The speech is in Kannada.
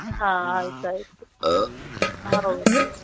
ಹಾಂ ಆಯ್ತು ಆಯ್ತು ಹೌದು